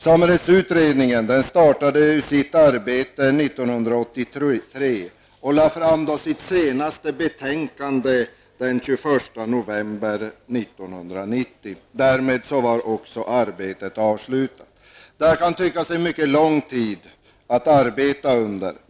Samerättsutredningen startade sitt arbete 1983 och lade fram sitt senaste betänkande den 21 november 1990. Därmed var också arbetet avslutat. Man kan tycka att det har varit en mycket lång tid att arbeta under.